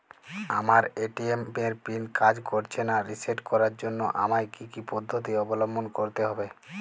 আমার এ.টি.এম এর পিন কাজ করছে না রিসেট করার জন্য আমায় কী কী পদ্ধতি অবলম্বন করতে হবে?